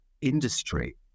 industry